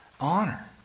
honor